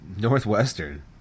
Northwestern